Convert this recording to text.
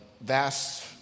vast